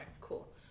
Cool